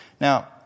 Now